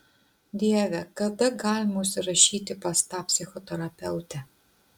dieve kada galima užsirašyti pas tą psichoterapeutę